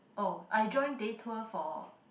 oh I join day tour for